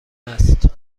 است